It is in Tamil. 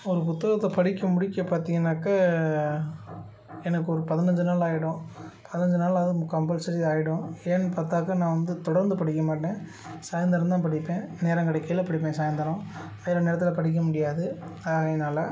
ஒரு புத்தகத்தை படிக்க முடிக்க பார்த்திங்கன்னாக்கா எனக்கு ஒரு பதினஞ்சு நாள் ஆயிடும் பதினஞ்சு நாளாவது கம்பல்சரி ஆயிடும் ஏன்னு பார்த்தாக்கா நான் வந்து தொடர்ந்து படிக்க மாட்டேன் சாயந்தரம் தான் படிப்பேன் நேரம் கிடைக்கையில படிப்பேன் சாயந்தரோம் வேலை நேரத்தில் படிக்க முடியாது ஆகையினால்